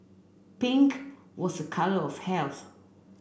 pink was a colour of health